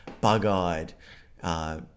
bug-eyed